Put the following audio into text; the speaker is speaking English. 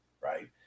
right